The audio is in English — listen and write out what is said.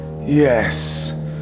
Yes